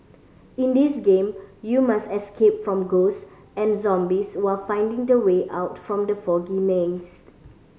in this game you must escape from ghost and zombies while finding the way out from the foggy maze